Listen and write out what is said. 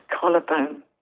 Collarbone